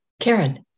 Karen